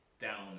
Down